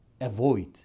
avoid